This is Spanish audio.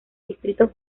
distritos